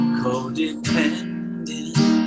codependent